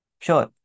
Sure